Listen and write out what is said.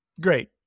great